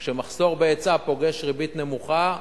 כשמחסור בהיצע פוגש ריבית נמוכה,